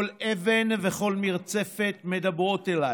כל אבן וכל מרצפת מדברות אליי.